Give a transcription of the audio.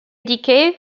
decay